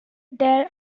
there